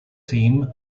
team